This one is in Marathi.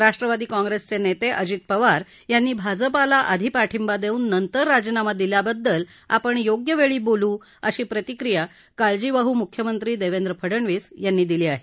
राष्ट्रवादी काँग्रेसचे नेते अजित पवार यांनी भाजपाला आधी पाठिंबा देऊन नंतर राजीनामा दिल्याबद्दल आपण योग्यवेळी बोलू अशी प्रतिक्रिया काळजीवाहू मुख्यमंत्री देवेंद्र फडणवीस यांनी दिली आहे